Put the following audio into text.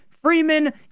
Freeman